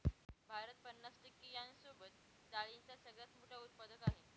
भारत पन्नास टक्के यांसोबत डाळींचा सगळ्यात मोठा उत्पादक आहे